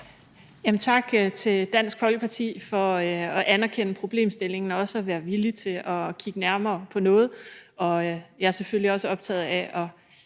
Tak til Dansk Folkeparti for at anerkende problemstillingen og for også at være villig til at kigge nærmere på noget. Jeg er selvfølgelig også optaget af,